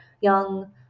young